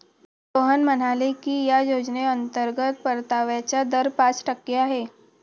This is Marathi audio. सोहन म्हणाले की या योजनेतील अंतर्गत परताव्याचा दर पाच टक्के आहे